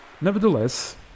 Nevertheless